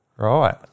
Right